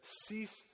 cease